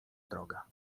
droga